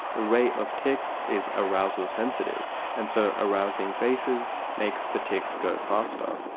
the rate of ticks is arousal sensitive and so arousing faces makes the ticks go faster.